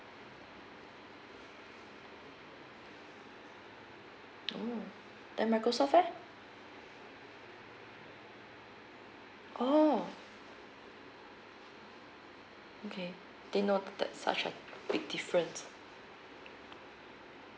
oh then microsoft leh oh okay didn't know that such a big difference